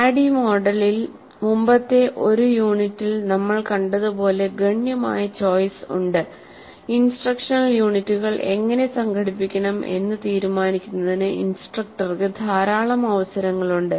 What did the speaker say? ADDIE മോഡലിൽ മുമ്പത്തെ ഒരു യൂണിറ്റിൽ നമ്മൾ കണ്ടതുപോലെ ഗണ്യമായ ചോയ്സ് ഉണ്ട് ഇൻസ്ട്രക്ഷണൽ യൂണിറ്റുകൾ എങ്ങനെ സംഘടിപ്പിക്കണം എന്ന് തീരുമാനിക്കുന്നതിന് ഇൻസ്ട്രക്ടർക്ക് ധാരാളം അവസരങ്ങളുണ്ട്